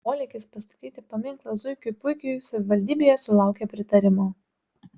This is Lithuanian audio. polėkis pastatyti paminklą zuikiui puikiui savivaldybėje sulaukė pritarimo